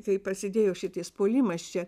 kai prasidėjo šities puolimas čia